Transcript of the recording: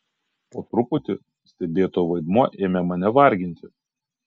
po truputį stebėtojo vaidmuo ėmė mane varginti